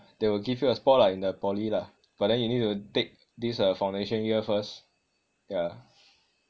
they will give you a spot lah in the poly lah but then you need to take this uh foundation year first yah